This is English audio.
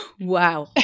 Wow